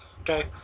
Okay